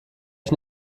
ich